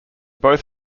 both